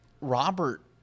Robert